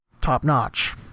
top-notch